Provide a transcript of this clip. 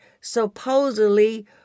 supposedly